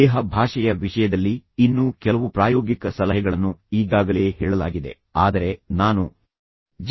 ದೇಹ ಭಾಷೆಯ ವಿಷಯದಲ್ಲಿ ಇನ್ನೂ ಕೆಲವು ಪ್ರಾಯೋಗಿಕ ಸಲಹೆಗಳನ್ನು ಈಗಾಗಲೇ ಹೇಳಲಾಗಿದೆ ಆದರೆ ನಾನು ಜಿ